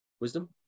wisdom